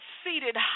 seated